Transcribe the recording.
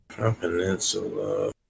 Peninsula